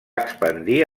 expandir